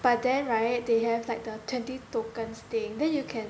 but then right they have like the twenty tokens thing then you can